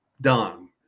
done